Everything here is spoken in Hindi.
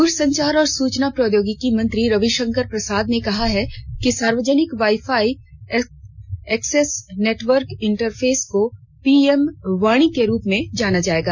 दूरसंचार और सूचना प्रोद्योगिकी मंत्री रविशंकर प्रसाद ने कहा है कि सार्वजनिक wifi access network interface को पीएम वाणी के रूप में जाना जाएगा